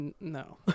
No